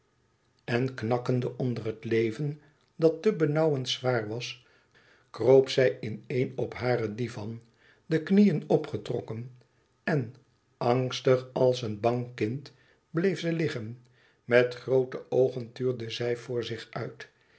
en knakkende onder het leven dat te benauwend zwaar was kroop zij in een op haren divan de knieën opgetrokken en angstig als een bang kind bleef ze liggen met groote oogen tuurde zij voor zich uit